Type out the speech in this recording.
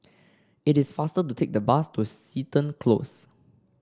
it is faster to take the bus to Seton Close